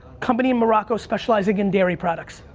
company morocco specializing in dairy products.